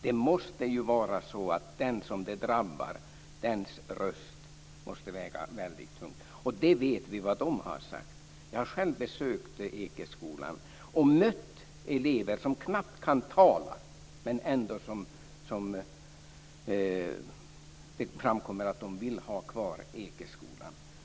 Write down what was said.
Det måste ju vara så att den som det drabbar, dess röst måste väga väldigt tungt. Och vi vet vad de har sagt. Jag har själv besökt Ekeskolan och mött elever som knappt kan tala, men det framkommer ändå att de vill ha kvar Ekeskolan.